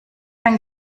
bin